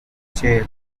chair